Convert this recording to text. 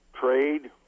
Trade